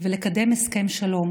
ולקדם הסכם שלום,